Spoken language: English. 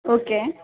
okay